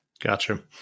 Gotcha